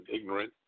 ignorant